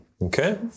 Okay